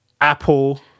Apple